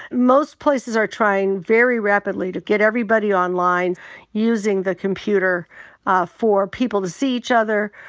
most places are trying very rapidly to get everybody online using the computer for people to see each other,